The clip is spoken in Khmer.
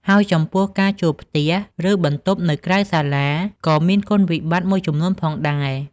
ហើយចំពោះ ការជួលផ្ទះ ឬបន្ទប់នៅក្រៅសាលាក៏មានគុណវិបត្តិមួយចំនួនផងដែរ។